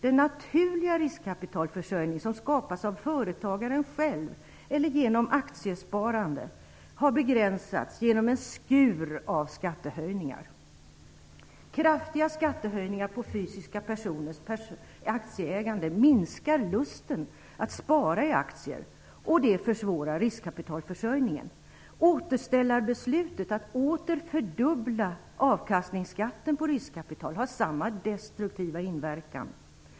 Den naturliga riskkapitalförsörjning som skapas av företagaren själv eller genom aktiesparande har begränsats genom en skur av skattehöjningar. Kraftiga skattehöjningar på fysiska personers aktieägande minskar lusten att spara i aktier, och det försvårar riskkapitalförsörjningen. Återställarbeslutet att åter fördubbla avkastningsskatten på riskkapital har samma destruktiva inverkan.